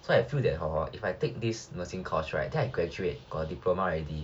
so I feel that hor if I take this nursing course right then I graduate got a diploma already